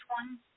one